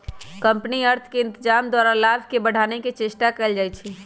company अर्थ के इत्जाम द्वारा लाभ के बढ़ाने के चेष्टा कयल जाइ छइ